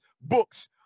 books